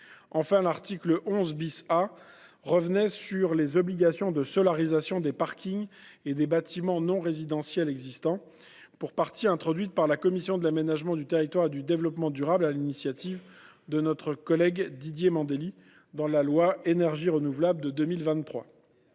Enfin, l’article 11 A revenait sur les obligations de solarisation des parkings et des bâtiments non résidentiels existants, pour partie introduites par la commission de l’aménagement du territoire et du développement durable, sur l’initiative de Didier Mandelli, dans la loi du 10 mars 2023